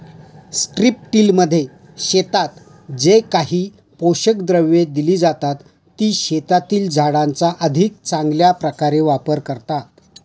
स्ट्रिपटिलमध्ये शेतात जे काही पोषक द्रव्ये दिली जातात, ती शेतातील झाडांचा अधिक चांगल्या प्रकारे वापर करतात